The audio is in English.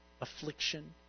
affliction